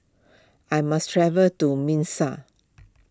I must travel to Minsk